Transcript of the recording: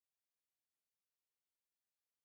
and beside them